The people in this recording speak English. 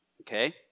okay